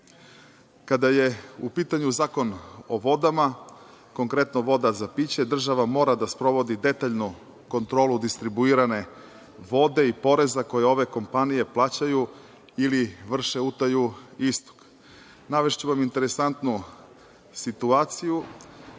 je u pitanju Zakon o vodama, konkretno voda za piće, država mora da sprovodi detaljno kontrolu distribuirane vode i poreza koje ove kompanije plaćaju ili vrše utaju istog. Navešću vam interesantnu situaciju